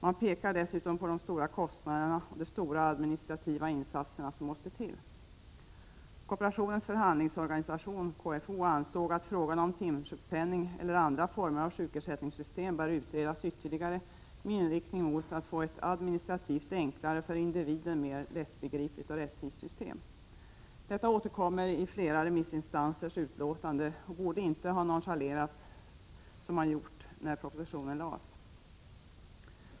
Man pekar dessutom på de stora kostnaderna och de omfattande administrativa insatser som måste till. Kooperationens förhandlingsorganisation, KFO, ansåg att frågan om timsjukpenning eller andra sjukersättningssystem bör utredas ytterligare med inriktning mot att åstadkomma ett administrativt enklare och för individen lättbegripligt och rättvist system. Dessa synpunkter återkommer i flera remissinstansers utlåtanden och borde inte ha nonchalerats som man gjort i propositionen.